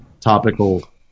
topical